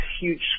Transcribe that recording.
huge